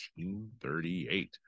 1938